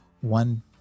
one